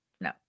No